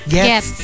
Yes